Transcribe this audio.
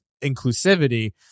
inclusivity